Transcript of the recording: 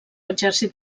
exèrcit